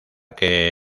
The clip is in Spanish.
que